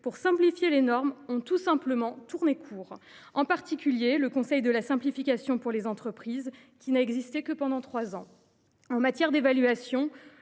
pour simplifier les normes ont tout simplement tourné court. Je pense en particulier au Conseil de la simplification pour les entreprises, qui n’a existé que trois ans… En matière d’évaluation,